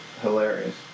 hilarious